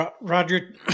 Roger